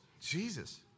Jesus